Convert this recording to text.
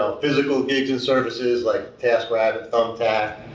um physical gigs and services like taskrabbit, thumbtack,